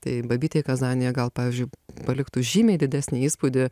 tai babytei kazanėje gal pavyzdžiui paliktų žymiai didesnį įspūdį